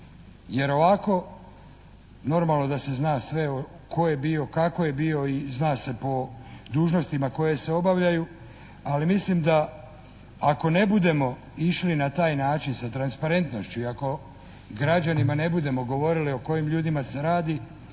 Jer ovako, normalno da se zna sve tko je bio, kako je bio i zna se po dužnostima koje se obavljaju. Ali mislim da ako ne budemo išli na taj način sa transparentnošću i ako građanima ne budemo govorili o kojim ljudima se radi,